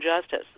justice